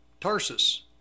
Tarsus